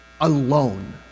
alone